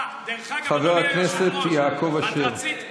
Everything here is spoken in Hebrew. חבר הכנסת יעקב אשר.